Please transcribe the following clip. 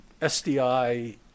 SDI